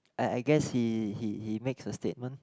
I I guess he he he makes a statement